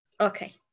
Okay